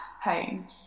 home